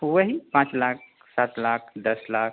वही पाँच लाख सात लाख दस लाख